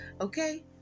Okay